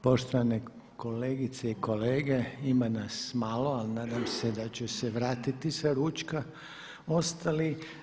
Poštovane kolegice i kolege ima nas malo ali nadam se da će se vratiti s ručka ostali.